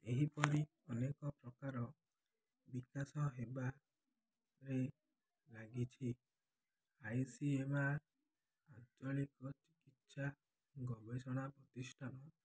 ଏହିପରି ଅନେକ ପ୍ରକାର ବିକାଶ ହେବାରେ ଲାଗିଛି ଆଇ ସି ଏମ ଆର୍ ଆଞ୍ଚଳିକ ଚିକିତ୍ସା ଗବେଷଣା ପ୍ରତିଷ୍ଠାନ